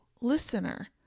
listener